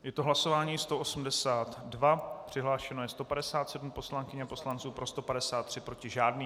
Je to hlasování 182, přihlášeno je 157 poslankyň a poslanců, pro 153, proti žádný.